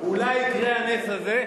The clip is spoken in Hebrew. אולי יקרה הנס הזה,